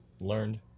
learned